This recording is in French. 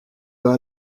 vas